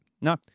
No